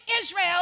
Israel